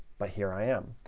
but here i am.